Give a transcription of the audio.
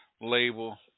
label